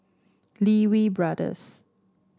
Lee Wee Brothers